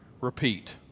repeat